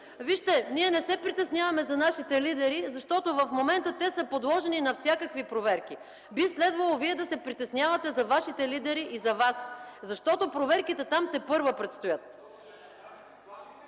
вижте, ние не се притесняваме за нашите лидери, защото в момента те са подложени на всякакви проверки. Би следвало Вие да се притеснявате за Вашите лидери и за Вас, защото проверките там тепърва предстоят.